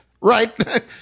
right